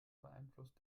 beeinflusst